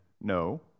no